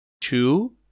Two